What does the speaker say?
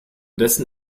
dessen